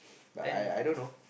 then the